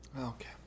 okay